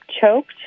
choked